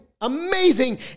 amazing